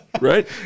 right